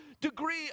degree